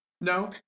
No